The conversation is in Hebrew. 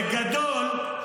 בגדול,